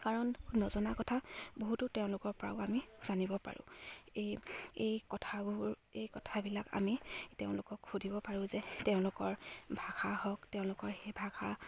কাৰণ নজনা কথা বহুতো তেওঁলোকৰ পৰাও আমি জানিব পাৰোঁ এই এই কথাবোৰ এই কথাবিলাক আমি তেওঁলোকক সুধিব পাৰোঁ যে তেওঁলোকৰ ভাষা হওক তেওঁলোকৰ সেই ভাষা